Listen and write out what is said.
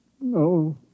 No